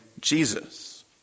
Jesus